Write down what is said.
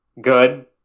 Good